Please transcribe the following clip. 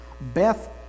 Beth